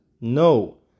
no